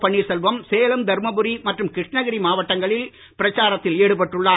பன்னீர்செல்வம் சேலம் தர்மபுரி மற்றும் கிருஷ்ணகிரி மாவட்டங்களில் பிரச்சாரத்தில் ஈடுபட்டுள்ளார்